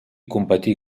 competir